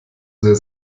sehr